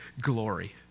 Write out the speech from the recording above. glory